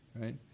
right